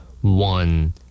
One